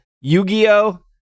Yu-Gi-Oh